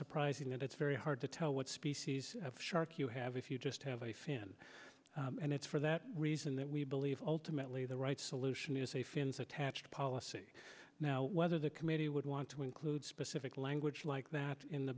surprising that it's very hard to tell what species of shark you have if you just have a fan and it's for that reason that we believe ultimately the right solution is safe in attached policy now whether the committee would want to include specific language like that in the